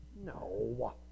No